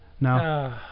No